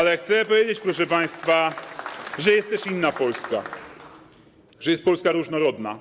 Ale chcę powiedzieć, proszę państwa, że jest też inna Polska, że jest Polska różnorodna.